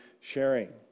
sharing